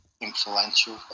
influential